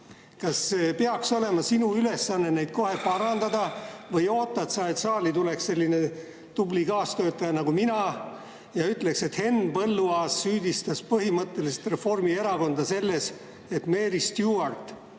kas peaks olema sinu ülesanne neid kohe parandada? Või ootad sa, et saali tuleks selline tubli kaastöötaja nagu mina ja ütleks, et Henn Põlluaas süüdistas põhimõtteliselt Reformierakonda selles, et Mary Stuart,